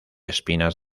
espinas